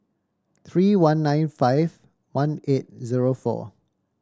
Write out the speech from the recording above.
three one nine five one eight zero four